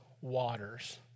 waters